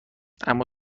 اما